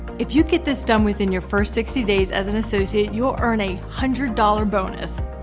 if you get this done within your first sixty days as an associate you'll earn a hundred dollar bonus.